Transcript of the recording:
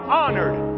honored